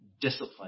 discipline